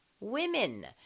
women